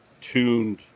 tuned